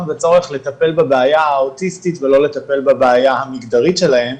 וצורך לטפל בבעיה האוטיסטית ולא לטפל בבעיה המגדרית שלהם,